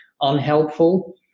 unhelpful